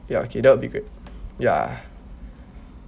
ya okay that will be great ya